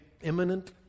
imminent